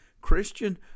Christian